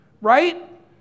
right